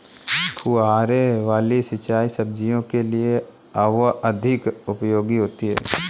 फुहारे वाली सिंचाई सब्जियों के लिए अधिक उपयोगी होती है?